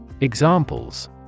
Examples